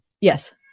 Yes